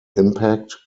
impact